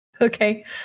Okay